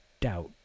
doubt